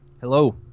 hello